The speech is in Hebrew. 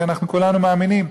כי אנחנו כולנו מאמינים.